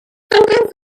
sometimes